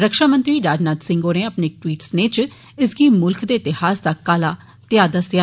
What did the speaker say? रक्षा मंत्री राजनाथ सिंह होरें अपने इक ट्वीट स्नेह इच इसगी मुल्ख दे इतिहास दा काला अध्याय दस्सेआ